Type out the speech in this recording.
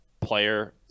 player